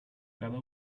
cada